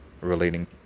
relating